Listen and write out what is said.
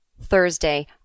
Thursday